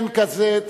אין כזה.